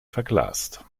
verglast